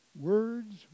Words